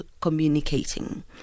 communicating